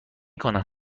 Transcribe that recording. کنن